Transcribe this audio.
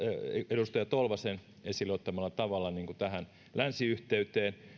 edustaja tolvasen esille ottamalla tavalla tähän länsiyhteyteen